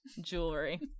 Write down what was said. jewelry